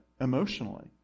emotionally